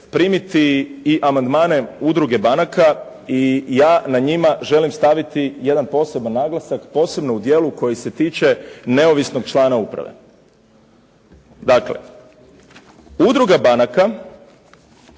primiti i amandmane Udruge banaka i ja na njima želim staviti jedan poseban naglasak posebno u dijelu koji se tiče neovisnog člana uprave. Dakle, Udruga banaka